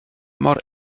mor